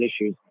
issues